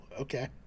okay